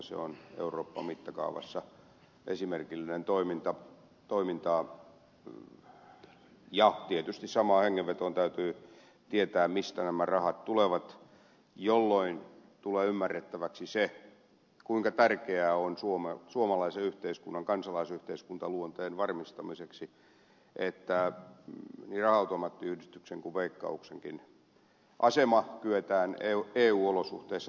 se on euroopan mittakaavassa esimerkillistä toimintaa ja tietysti samaan hengenvetoon täytyy tietää mistä nämä rahat tulevat jolloin tulee ymmärrettäväksi se kuinka tärkeää on suomalaisen yhteiskunnan kansalaisyhteiskuntaluonteen varmistamiseksi että niin raha automaattiyhdistyksen kuin veikkauksenkin asema kyetään eu olosuhteissa turvaamaan